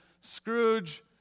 Scrooge